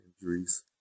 injuries